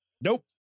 Nope